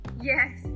Yes